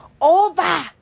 over